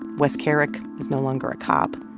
wes kerrick is no longer a cop.